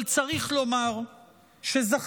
אבל צריך לומר שזכינו,